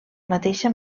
mateixa